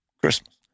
christmas